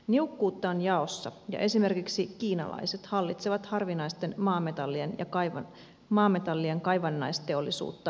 niukkuutta on jaossa ja esimerkiksi kiinalaiset hallitsevat harvinaisten maametallien kaivannaisteollisuutta ja markkinoita